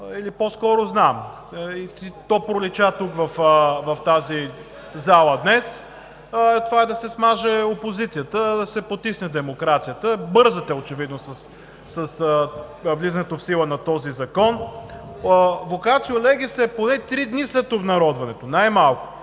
или по-скоро знам. То пролича тук, в тази зала, днес – да се смаже опозицията, да се потисне демокрацията. Бързате очевидно с влизането в сила на този закон. Вокацио легис е поне три дни след обнародването, най-малко.